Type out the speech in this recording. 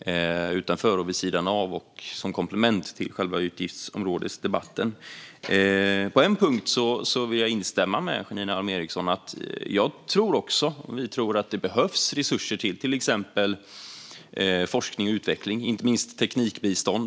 ska se ut vid sidan av och som komplement till själva utgiftsområdesdebatten. På en punkt vill jag instämma med Janine Alm Ericson. Vi tror också att det behövs resurser till exempelvis forskning och utveckling. Det gäller inte minst teknikbistånd.